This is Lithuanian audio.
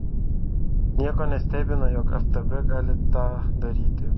nieko nestebina jog ftb gali tą daryti